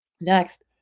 Next